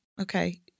okay